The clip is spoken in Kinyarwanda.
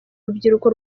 urubyiruko